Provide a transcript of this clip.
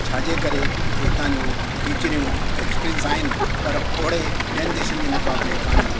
छा जे करे कि हितां जूं टीचरियूं एक्सप्रिंस आहिनि पर ओहिड़े ॿियनि देशनि जे मुकाबले कान आहिनि